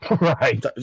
Right